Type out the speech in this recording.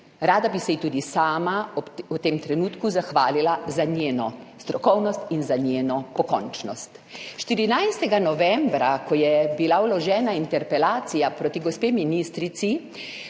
Rada bi se ji tudi sama v tem trenutku zahvalila za njeno strokovnost in za njeno pokončnost. 14. novembra, ko je bila vložena interpelacija proti gospe ministrici,